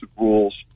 rules